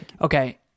Okay